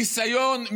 ניסיון,